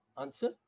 Answer